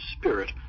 spirit